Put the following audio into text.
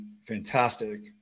fantastic